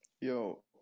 Yo